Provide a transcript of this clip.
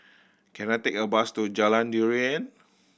can I take a bus to Jalan Durian